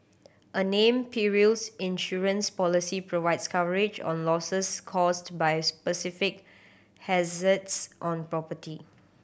a named perils insurance policy provides coverage on losses caused by specific hazards on property